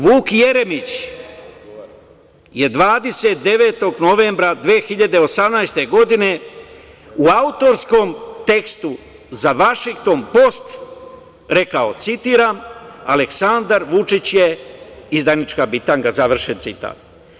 Vuk Jeremić je 29. novembra 2018. godine u autorskom tekstu za "Vašington post" rekao, citiram: "Aleksandar Vučić je izdajnička bitanga", završen citat.